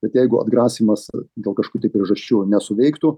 bet jeigu atgrasymas dėl kažkokių tai priežasčių nesuveiktų